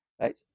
Right